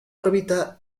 órbita